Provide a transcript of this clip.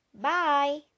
Bye